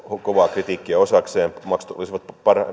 kovaa kritiikkiä osakseen maksut olisivat